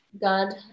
God